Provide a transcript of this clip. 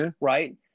right